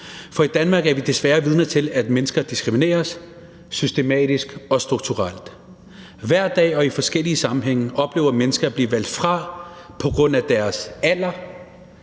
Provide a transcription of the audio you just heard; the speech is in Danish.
For i Danmark er vi desværre vidner til, at mennesker diskrimineres systematisk og strukturelt. Hver dag og i forskellige sammenhænge oplever mennesker at blive valgt fra på grund af deres alder,